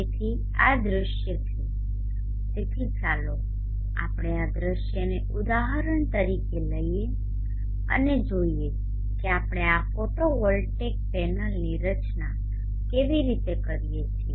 તેથી આ દૃશ્ય છે તેથી ચાલો આપણે આ દૃશ્યને ઉદાહરણ તરીકે લઈએઅને જોઈએ કે આપણે આ ફોટોવોલ્ટેઇક પેનલની રચના કેવી રીતે કરીએ છીએ